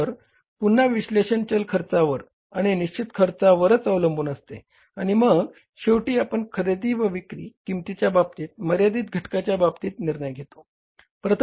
तर पुन्हा विश्लेषण चल खर्चावर आणि निश्चित खर्चावर अवलंबून असते आणि मग शेवटी आपण खरेदी व विक्री किंमतीच्या बाबतीत मर्यादित घटकाच्या बाबतीत निर्णय घेतो